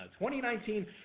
2019